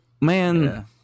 man